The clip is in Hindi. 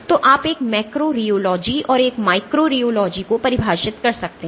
तो आप एक मैक्रो रियोलॉजी और एक माइक्रो रियोलॉजी को परिभाषित कर सकते हैं